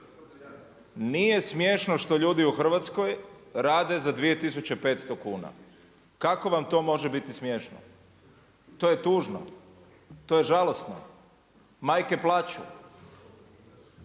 nije smiješno što ljudi u Hrvatskoj rade za 2500 kuna, kako vam to može biti smiješno? To je tužno, to je žalosno. Majke plaču,